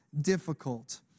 difficult